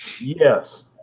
Yes